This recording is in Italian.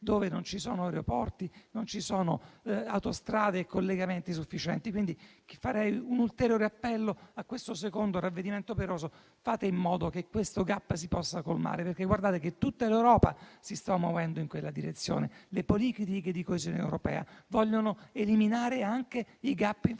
dove non ci sono aeroporti, autostrade e collegamenti sufficienti. Quindi, rivolgerei un ulteriore appello per un secondo ravvedimento operoso: fate in modo che questo *gap* si possa colmare, perché tutta l'Europa si sta muovendo in quella direzione. Le politiche di coesione europea vogliono eliminare anche i *gap* infrastrutturali.